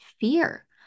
fear